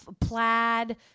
plaid